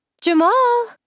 Jamal